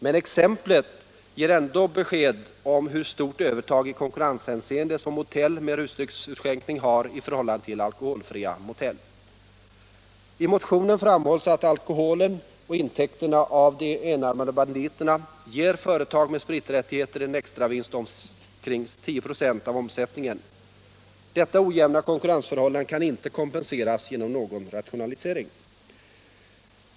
Men exemplet ger ändå ett besked om hur stort övertag i konkurrenshänseende som hotell med rusdrycksutskänkning har i förhållande till alkoholfria motell. I motionen framhålls att alkoholen och intäkterna av de enarmade banditerna ger företag med spriträttigheter en extravinst av omkring 10 96 av omsättningen. Detta ojämna konkurrensförhållande kan inte kompenseras genom någon rationalisering.